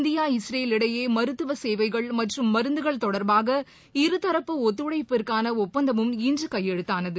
India Israel இடையே மருத்துவ சேவைகள் மற்றும் மருந்துகள் தொடர்பாக இருதரப்பு ஒத்துழைப்பிற்கான ஒப்பந்தமும் இன்று கையெழுத்தானது